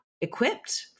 equipped